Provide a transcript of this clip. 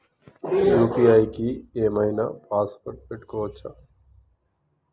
UPI కి ఏం ఐనా పాస్వర్డ్ పెట్టుకోవచ్చా?